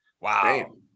Wow